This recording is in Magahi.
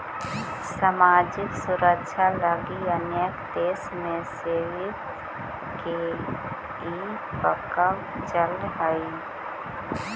सामाजिक सुरक्षा लगी अनेक देश में सेविंग्स के ई प्रकल्प चलऽ हई